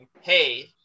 hey